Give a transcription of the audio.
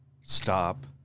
stop